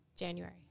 January